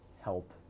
help